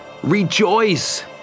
rejoice